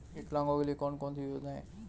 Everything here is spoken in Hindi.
विकलांगों के लिए कौन कौनसी योजना है?